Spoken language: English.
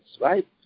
right